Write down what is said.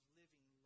living